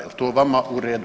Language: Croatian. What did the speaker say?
Je li to vama u redu?